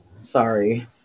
Sorry